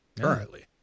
currently